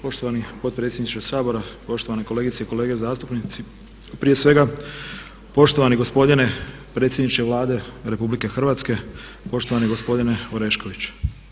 Poštovani potpredsjedniče Sabora, poštovane kolegice i kolege zastupnici, prije svega poštovani gospodine predsjedniče Vlade Republike Hrvatske, poštovani gospodine Orešković.